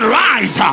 rise